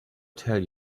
tell